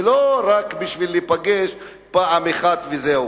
ולא רק בשביל להיפגש פעם אחת וזהו.